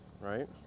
Right